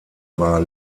war